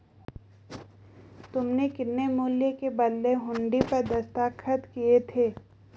तुमने कितने मूल्य के बदले हुंडी पर दस्तखत किए थे?